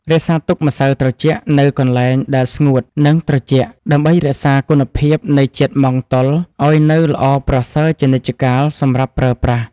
រក្សាទុកម្សៅត្រជាក់នៅកន្លែងដែលស្ងួតនិងត្រជាក់ដើម្បីរក្សាគុណភាពនៃជាតិម៉ង់តុលឱ្យនៅល្អប្រសើរជានិច្ចកាលសម្រាប់ប្រើប្រាស់។